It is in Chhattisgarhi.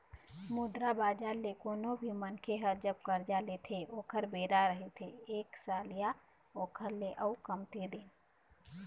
मुद्रा बजार ले कोनो भी मनखे ह जब करजा लेथे ओखर बेरा रहिथे एक साल या ओखर ले अउ कमती दिन